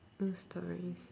no stories